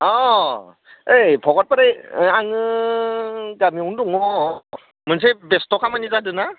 अ ओय भगतपारा नै आङो गामियावनो दङ मोनसे बेस्थ' खामानि जादोंना